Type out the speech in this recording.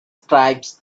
stripes